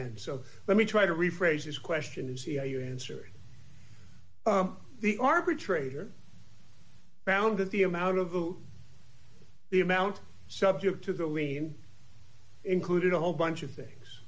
end so let me try to rephrase this question is he are you answering the arbitrator found that the amount of the amount subject to the lien included a whole bunch of things